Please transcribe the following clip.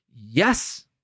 Yes